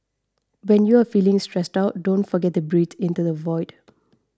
when you are feeling stressed out don't forget to breathe into the void